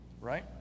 right